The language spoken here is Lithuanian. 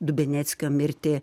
dubeneckio mirtį